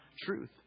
truth